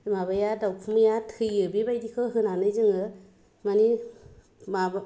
माबाया दाउखुमैया थैयो बेबायदिखौ होनानै जोङो माने माबा